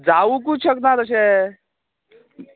जावूंकूच शकना तशें